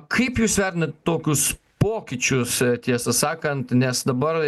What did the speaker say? kaip jūs vertinat tokius pokyčius tiesą sakant nes dabar